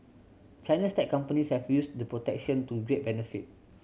China's tech companies have used the protection to great benefit